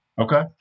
Okay